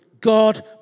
God